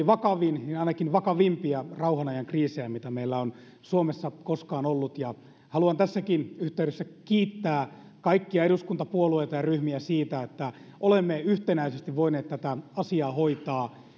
vakavin niin ainakin vakavimpia rauhan ajan kriisejä mitä meillä on suomessa koskaan ollut haluan tässäkin yhteydessä kiittää kaikkia eduskuntapuolueita ja ryhmiä siitä että olemme yhtenäisesti voineet tätä asiaa hoitaa